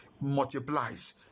multiplies